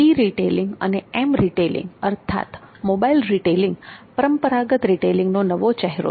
ઈ retailing અને M retailing અર્થાત mobile retailing પરંપરાગત રિટેઈલિંગનો નવો ચહેરો છે